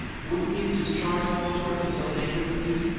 wouldn't he have discharged walter if he felt angry with you?